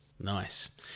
Nice